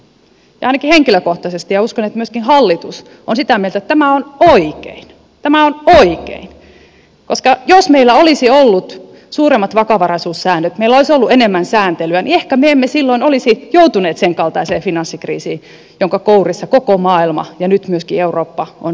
ainakin henkilökohtaisesti olen ja uskon että myöskin hallitus on sitä mieltä että tämä on oikein tämä on oikein koska jos meillä olisi ollut suuremmat vakavaraisuussäännöt meillä olisi ollut enemmän sääntelyä niin ehkä me emme silloin olisi joutuneet senkaltaiseen finanssikriisiin jonka kourissa koko maailma ja nyt myöskin eurooppa on viime vuodet ollut